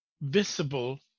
visible